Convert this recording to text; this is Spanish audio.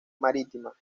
marítima